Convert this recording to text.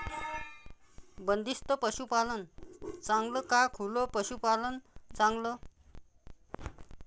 बंदिस्त पशूपालन चांगलं का खुलं पशूपालन चांगलं?